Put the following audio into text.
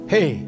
Hey